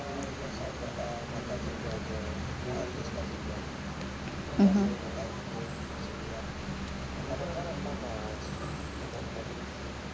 (uh huh)